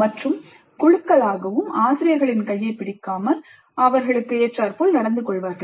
மற்றும் குழுக்களாகவும் ஆசிரியர்கள் கையைப் பிடிக்காமல் அதற்கு ஏற்றார் போல் நடந்து கொள்வார்கள்